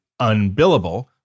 UNBILLABLE